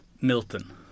Milton